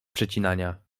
przecinania